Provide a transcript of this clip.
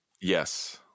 yes